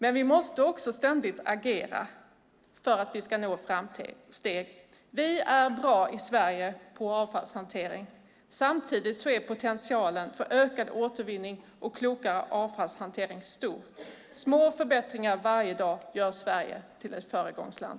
Men vi måste också ständigt agera för att vi ska nå framsteg. Vi är bra på avfallshantering i Sverige. Samtidigt är potentialen för ökad återvinning och klokare avfallshantering stor. Små förbättringar varje dag gör Sverige till ett föregångsland.